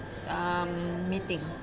um meeting